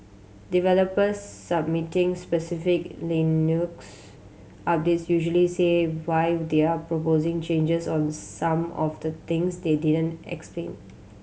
developers submitting specific Linux updates usually say why they're proposing changes on some of the things they didn't explain